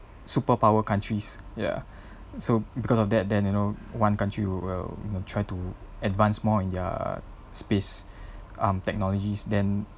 superpower countries ya so because of that then you know one country will will try to advance more in their space um technologies then